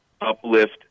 uplift